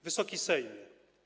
Wysoki Sejmie!